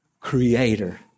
Creator